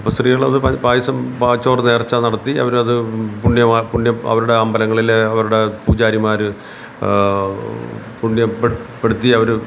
അപ്പം സ്ത്രീകൾ അത് പായസം പാച്ചോറ് നേർച്ച നടത്തി അവർ അത് പുണ്യമാ പുണ്യം അവരുടെ അമ്പലങ്ങളിലെ അവരുടെ പൂജാരിമാർ പുണ്യപ്പെട് പെടുത്തി അവർ